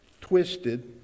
twisted